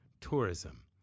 tourism